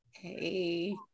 Hey